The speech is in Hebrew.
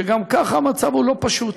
כשגם ככה המצב לא פשוט.